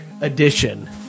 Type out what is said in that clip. edition